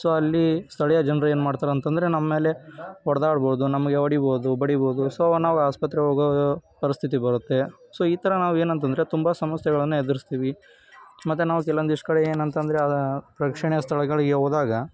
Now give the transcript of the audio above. so ಅಲ್ಲಿ ಸ್ಥಳೀಯ ಜನರು ಏನು ಮಾಡ್ತಾರೆ ಅಂತ ಅಂದ್ರೆ ನಮ್ಮ ಮೇಲೆ ಹೊಡ್ದಾಡ್ಬೋದು ನಮಗೆ ಹೊಡಿಬೋದು ಬಡಿಬೋದು ಸೊ ನಾವು ಆಸ್ಪತ್ರೆಗೆ ಹೋಗೋ ಪರಿಸ್ಥಿತಿ ಬರುತ್ತೆ ಸೊ ಈ ಥರ ನಾವು ಏನಂತ ಅಂದ್ರೆ ತುಂಬ ಸಮಸ್ಯೆಗಳನ್ನು ಎದ್ರುದ್ತೀವಿ ಮತ್ತು ನಾವು ಕೆಲವೊಂದಿಷ್ಟು ಕಡೆ ಏನಂತ ಅಂದ್ರೆ ಪ್ರೇಕ್ಷಣೀಯ ಸ್ಥಳಗಳಿಗೆ ಹೋದಾಗ